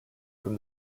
from